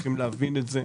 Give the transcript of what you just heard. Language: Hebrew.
צריכים להבין את זה.